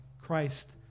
Christ